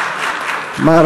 או'ניל, היושב ביציע.